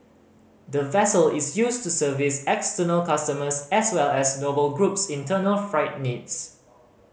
the vessel is used to service external customers as well as Noble Group's internal freight needs